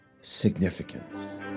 significance